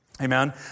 Amen